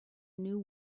new